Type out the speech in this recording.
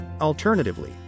Alternatively